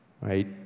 Right